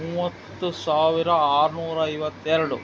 ಮೂವತ್ತು ಸಾವಿರ ಆರ್ನೂರ ಐವತ್ತೆರಡು